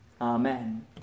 Amen